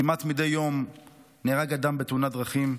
כמעט מדי יום נהרג אדם בתאונת דרכים,